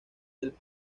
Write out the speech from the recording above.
del